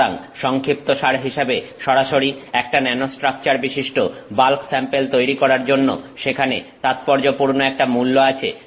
সুতরাং সংক্ষিপ্তসার হিসাবে সরাসরি একটা ন্যানোস্ট্রাকচার বিশিষ্ট বাল্ক স্যাম্পেল তৈরি করার জন্য সেখানে তাৎপর্যপূর্ণ একটা মূল্য আছে